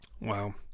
Wow